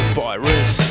virus